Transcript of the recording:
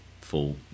full